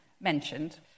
mentioned